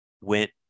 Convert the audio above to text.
went